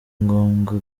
ngombwa